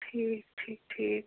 ٹھیٖک ٹھیٖک ٹھیٖک